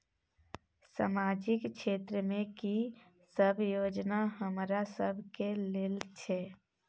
सामाजिक क्षेत्र में की सब योजना हमरा सब के लेल छै?